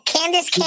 Candace